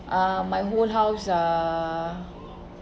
uh my whole house uh